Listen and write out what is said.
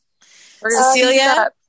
Cecilia